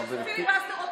פיליבסטר,